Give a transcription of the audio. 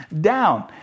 down